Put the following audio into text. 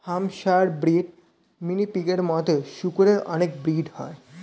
Hampshire breed, mini পিগের মতো শুকরের অনেক ব্রিড হয়